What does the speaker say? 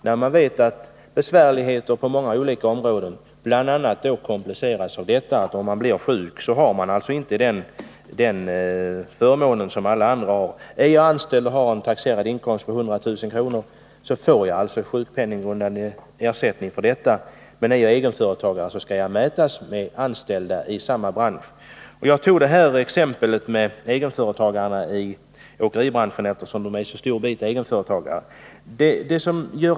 Vi vet ju att det blir besvärligheter på många olika områden, och situationen kompliceras av att om en egenföretagare blir sjuk har han inte den förmån som alla andra har. En anställd med 100 000 kr. i taxerad inkomst får ju räkna denna inkomst som sjukpenninggrundande och erhåller ersättning därefter, men är jag egenföretagare mäts ersättningen med utgångspunkt från inkomsten för anställda i samma bransch. Jag tog exemplet med egenföretagarna i åkeribranschen, eftersom de är en så stor bit egenföretagare.